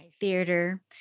theater